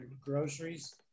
groceries